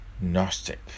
gnostic